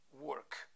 work